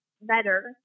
better